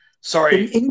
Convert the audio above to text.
Sorry